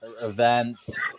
events